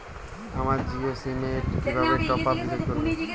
আমার জিও সিম এ কিভাবে টপ আপ রিচার্জ করবো?